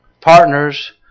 Partners